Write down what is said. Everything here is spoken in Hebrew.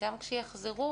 שגם כשיחזרו,